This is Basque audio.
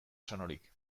sanorik